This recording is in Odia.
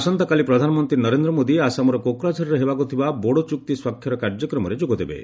ଆସନ୍ତାକାଲି ପ୍ରଧାନମନ୍ତ୍ରୀ ନରେନ୍ଦ୍ର ମୋଦି ଆସାମର କୋକ୍ରାଝରରେ ହେବାକୁଥିବା ବୋଡୋ ଚୁକ୍ତି ସ୍ୱାକ୍ଷର କାର୍ଯ୍ୟକ୍ରମରେ ଯୋଗଦେବେ